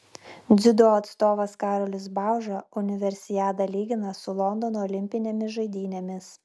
dziudo atstovas karolis bauža universiadą lygina su londono olimpinėmis žaidynėmis